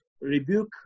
rebuke